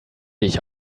dich